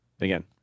Again